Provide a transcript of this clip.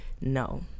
no